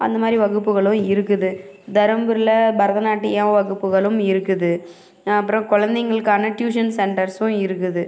அந்த மாதிரி வகுப்புகளும் இருக்குது தர்மபுரியில் பரதநாட்டிய வகுப்புகளும் இருக்குது அப்புறம் குழந்தைங்களுக்கான ட்யூஷன் சென்டர்ஸும் இருக்குது